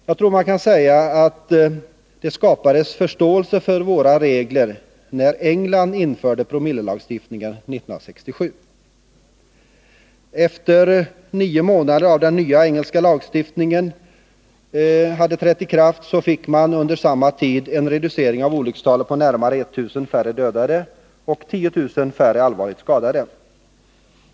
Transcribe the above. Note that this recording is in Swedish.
Jag tror att man kan säga att det skapades förståelse för våra regler, när England införde promillelagstiftningen 1967. Nio månader efter det att den nya engelska lagstiftningen trätt i kraft hade antalet olyckor reducerats, så att man kunde notera närmare 1000 färre dödade och 10 000 färre allvarligt skadade.